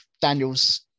daniel's